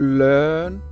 learn